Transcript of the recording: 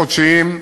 חודשיים,